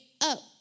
up